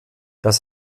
das